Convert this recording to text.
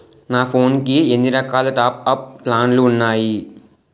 నా ఫోన్ కి ఎన్ని రకాల టాప్ అప్ ప్లాన్లు ఉన్నాయి?